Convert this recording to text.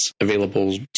available